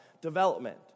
development